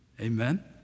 Amen